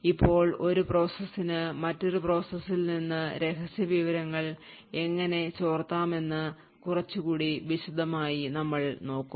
ഇപ്പോൾ ഒരു പ്രോസസ്സിനു മറ്റൊരു പ്രോസസ്സിൽ നിന്ന് രഹസ്യ വിവരങ്ങൾ എങ്ങനെ ചോർത്താമെന്ന് കുറച്ചുകൂടി വിശദമായി നമ്മൾ നോക്കും